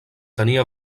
tenia